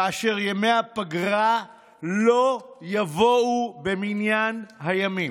כאשר ימי הפגרה לא יבואו במניין הימים.